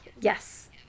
Yes